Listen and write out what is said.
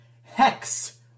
Hex